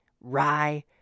Rye